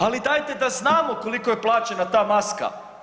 Ali dajte da znamo koliko je plaćena ta maska.